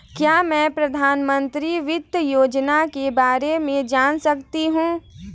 क्या मैं प्रधानमंत्री वित्त योजना के बारे में जान सकती हूँ?